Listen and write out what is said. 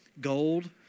gold